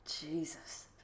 Jesus